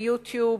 ב-YouTube,